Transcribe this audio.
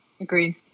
Agreed